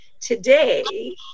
today